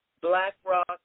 BlackRock